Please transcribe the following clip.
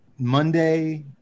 Monday